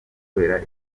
kubera